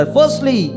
Firstly